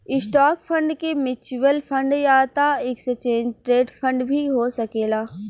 stock fund के mutual fund या त एक्सचेंज ट्रेड फंड भी हो सकेला